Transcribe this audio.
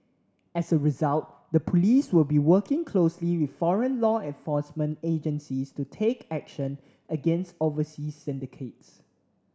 as a result the police will be working closely with foreign law enforcement agencies to take action against overseas syndicates